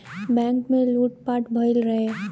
bank में लूट पाट भईल रहे